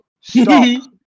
Stop